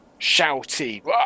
shouty